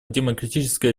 демократическая